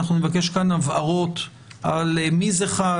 אנחנו נבקש כאן הבהרות על מי זה חל,